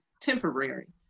temporary